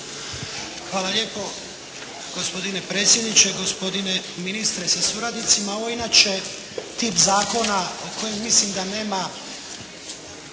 Hvala lijepo gospodine predsjedniče, gospodine ministre sa suradnicima. Ovo je inače tip zakona o kojem mislim da nema